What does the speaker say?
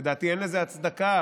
לדעתי אין לזה הצדקה,